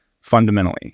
fundamentally